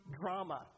drama